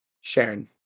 Sharon